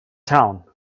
town